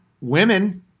women